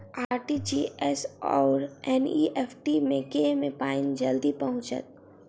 RTGS आओर NEFT मे केँ मे पानि जल्दी पहुँचत